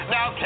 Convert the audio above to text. Now